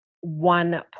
one